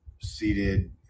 seated